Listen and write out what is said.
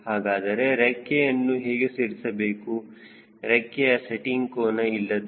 ಹಾಗಾದರೆ ರೆಕ್ಕೆಯನ್ನು ಹೇಗೆ ಸೇರಿಸಬೇಕು ರೆಕ್ಕೆಯ ಸೆಟ್ಟಿಂಗ್ ಕೋನ ಇಲ್ಲದೆ